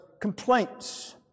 complaints